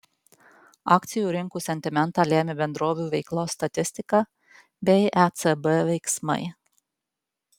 akcijų rinkų sentimentą lėmė bendrovių veiklos statistika bei ecb veiksmai